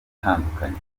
gutandukanya